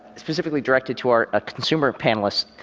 specifically directed to our consumer panelists,